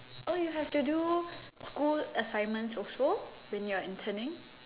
oh you have to do school assignments also when you are interning